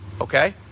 okay